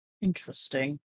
Interesting